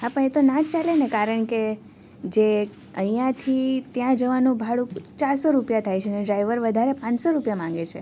હા પણ એ તો ના જ ચાલે ને કારણકે જે અહીંયાથી ત્યાં જવાનું ભાડું ચારસો રૂપિયા થાય છે ને ડ્રાઈવર વધારે પાંચસો રૂપિયા માગે છે